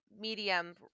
medium